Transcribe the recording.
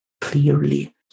clearly